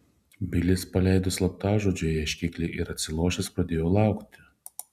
bilis paleido slaptažodžio ieškiklį ir atsilošęs pradėjo laukti